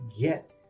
get